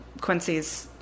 Quincy's